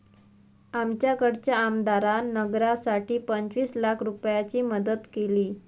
आमच्याकडच्या आमदारान नगरासाठी पंचवीस लाख रूपयाची मदत केली